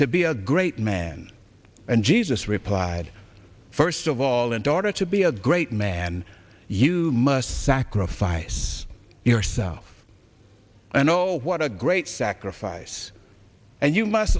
to be a great man and jesus replied first of all in order to be a great man you must sacrifice yourself and know what a great sacrifice and you must